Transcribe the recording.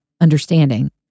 understanding